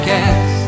Cast